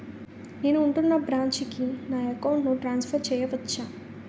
నేను ఉంటున్న బ్రాంచికి నా అకౌంట్ ను ట్రాన్సఫర్ చేయవచ్చా?